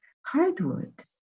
hardwoods